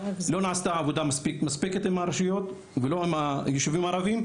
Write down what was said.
לא נעשתה עבודה מספקת עם הרשויות ולא עם היישובים הערביים.